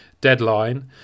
deadline